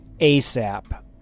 ASAP